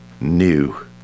new